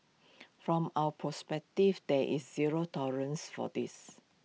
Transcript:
from our perspective there is zero tolerance for this